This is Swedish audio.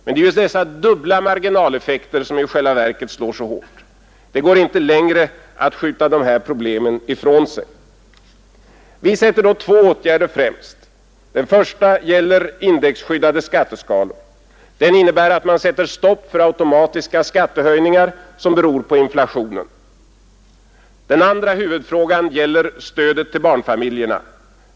Men det är just dessa dubbla marginaleffekter som i själva verket slår så hårt. Det går inte längre att skjuta de här problemen ifrån sig. Vi sätter då två åtgärder främst. Den första gäller indexskyddade skatteskalor. Den innebär att man sätter stopp för automatiska skattehöjningar som beror på inflationen. Den andra huvudfrågan gäller stödet till barnfamiljerna.